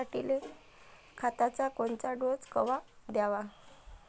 पऱ्हाटीले खताचा कोनचा डोस कवा द्याव?